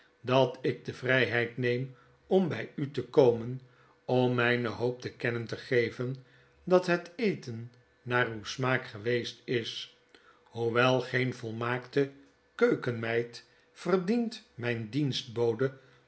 dat ik de vryheid neem om by u te komen om myne hoop te kennen te geven dat het eten naar uw smaak geweest is hoewel geen volmaakte keukenmeid verdient myne